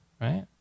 Right